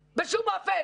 וזה יקשה מאוד על פתיחת